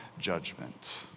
judgment